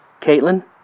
Caitlin